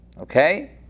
Okay